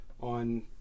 on